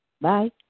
Bye